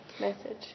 message